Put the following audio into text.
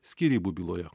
skyrybų byloje